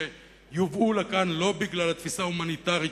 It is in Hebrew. שיובאו לכאן לא בגלל התפיסה ההומניטרית